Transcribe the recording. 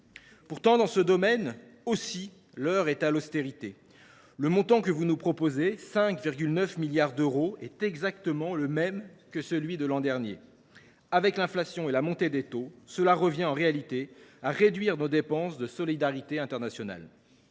Pourtant, dans ce domaine aussi, l’heure est à l’austérité. Le montant que vous nous proposez, 5,9 milliards d’euros, est exactement le même que celui de cette année ; en tenant compte de l’inflation et de la montée des taux, cela revient à réduire nos dépenses de solidarité internationale.